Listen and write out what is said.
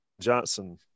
Johnson